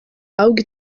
ahubwo